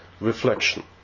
reflection